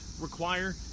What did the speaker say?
require